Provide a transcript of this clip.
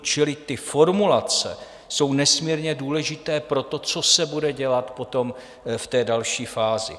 Čili ty formulace jsou nesmírně důležité pro to, co se bude dělat potom v té další fázi.